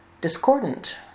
discordant